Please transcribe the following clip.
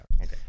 Okay